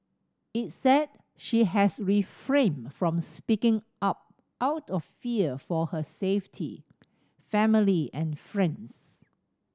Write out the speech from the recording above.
it said she has refrained from speaking up out of fear for her safety family and friends